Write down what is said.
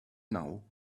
now